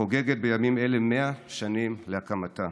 שחוגגת בימים אלה 100 שנים להקמתה.